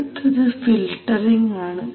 അടുത്തത് ഫിൽറ്ററിംഗ് ആണ്